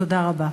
תודה רבה.